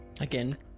Again